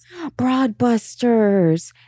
Broadbusters